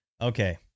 Okay